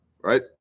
right